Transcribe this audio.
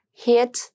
hit